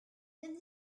tim